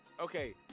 Okay